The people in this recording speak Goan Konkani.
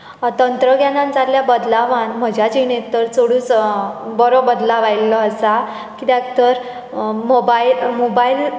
आतां तंत्रग्यानान जाल्ल्या बदलावान म्हज्या जिणेंत तर चडूच बरो बदलाव आयिल्लो आसा कित्याक तर मोबाय मोबायल